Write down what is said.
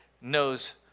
knows